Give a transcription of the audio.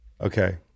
Okay